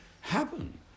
happen